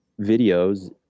videos